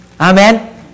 Amen